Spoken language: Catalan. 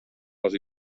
les